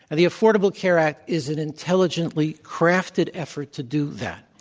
and the affordable care act is an intelligently crafted effort to do that.